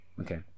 Okay